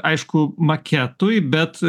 aišku maketui bet